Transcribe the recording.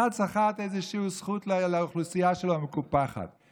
אחד סחט איזושהי זכות לאוכלוסייה המקופחות שלו.